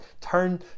turn